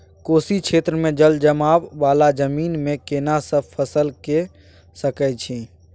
कोशी क्षेत्र मे जलजमाव वाला जमीन मे केना सब फसल के सकय छी?